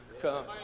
come